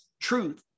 truth